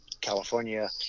California